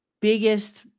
biggest